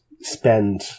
spend